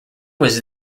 was